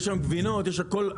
יש שם גבינות, יש שם הכל.